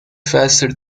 faster